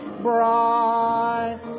bright